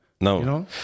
No